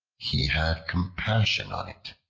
he had compassion on it,